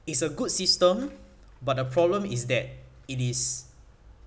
it's a good system but the problem is that it is